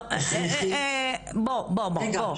רגע.